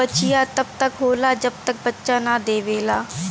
बछिया तब तक होला जब तक बच्चा न देवेला